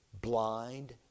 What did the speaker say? blind